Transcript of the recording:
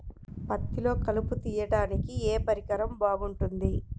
పత్తిలో కలుపు తీయడానికి ఏ పరికరం బాగుంటుంది?